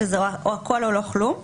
שזה או הכול או לא כלום,